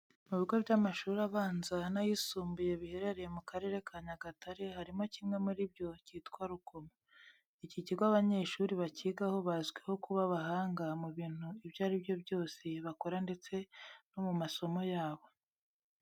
Mu bigo by'amashuri abanza n'ayisumbuye biherereye mu Karere ka Nyagatare harimo kimwe muri byo cyitwa Rukomo. Iki kigo abanyeshuri bakigaho bazwiho kuba abahanga mu bintu ibyo ari byo byose bakora ndetse no mu masomo yabo.